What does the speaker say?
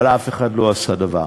אבל אף אחד לא עשה דבר.